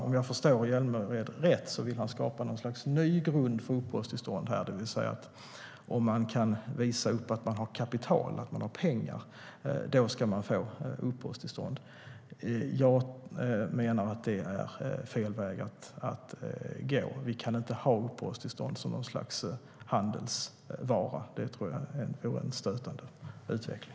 Om jag förstår Lars Hjälmered rätt vill han skapa något slags ny grund för uppehållstillstånd, nämligen att om man kan visa upp att man har kapital ska man få uppehållstillstånd. Jag menar att det är fel väg att gå. Uppehållstillstånden kan inte vara något slags handelsvara. Det vore en oerhört stötande utveckling.